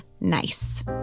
Nice